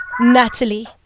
Natalie